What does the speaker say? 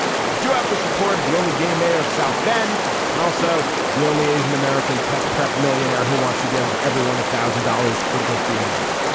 i do have the support of the only gay mayor of south bend and also the only asian-american test prep millionaire who wants to give everyone a thousand dollars for just being them.